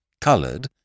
coloured